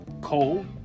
coal